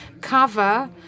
cover